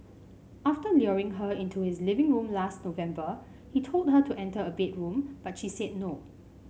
after luring her into his living room last November he told her to enter a bedroom but she said no